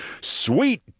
Sweet